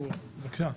בבקשה.